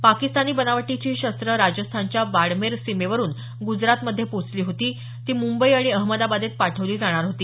पाकिस्तानी बनावटीची ही शस्त्रं राजस्थानच्या बाडमेर सीमेवरून ग्जरातमध्ये पोहोचली होती ती मुंबई आणि अहमदाबादेत पाठवली जाणार होती